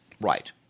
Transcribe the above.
Right